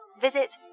Visit